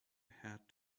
had